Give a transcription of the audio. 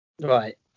Right